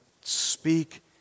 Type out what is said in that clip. speak